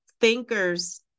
thinkers